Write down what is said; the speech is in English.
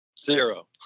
zero